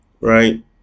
right